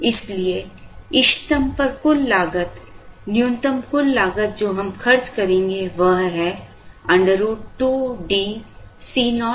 इसलिए इष्टतम पर कुल लागत न्यूनतम कुल लागत जो हम खर्च करेंगे वह है √ 2DCoCc